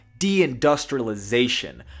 deindustrialization